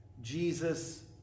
Jesus